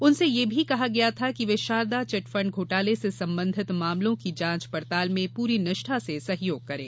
उनसे यह भी कहा गया था कि वे शारदा चिट फंड घोटाले से संबंधित मामलों की जांच पड़ताल में पूरी निष्ठा से सहयोग करें